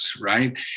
Right